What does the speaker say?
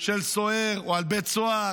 של סוהר או על בית סוהר